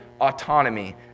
autonomy